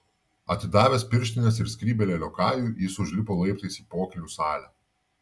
atidavęs pirštines ir skrybėlę liokajui jis užlipo laiptais į pokylių salę